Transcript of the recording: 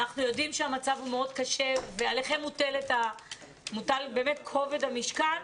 אנחנו יודעים שהמצב הוא מאוד קשה ועליכם מוטל כובד המשקל,